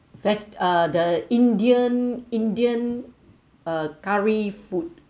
there uh the indian indian uh curry food